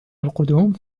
القدوم